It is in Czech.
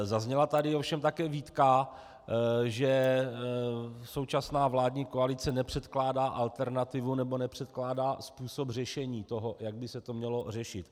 Zazněla tady ovšem také výtka, že současná vládní koalice nepředkládá alternativu, nebo nepředkládá způsob řešení toho, jak by se to mělo řešit.